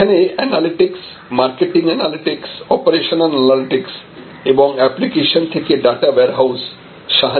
এখানে analytics marketing analytics operational analytics এবং application থেকে ডাটা ওয়ারহাউস সাহায্য পাবে